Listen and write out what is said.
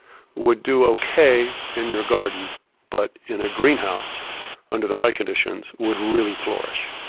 would do ok in your garden but in a greenhouse under the right conditions would really flourish.